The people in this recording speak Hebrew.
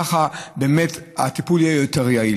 כך באמת הטיפול יהיה יותר יעיל.